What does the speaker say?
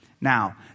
Now